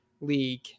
league